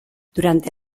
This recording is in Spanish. durante